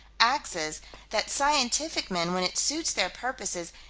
axes that scientific men, when it suits their purposes,